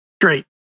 great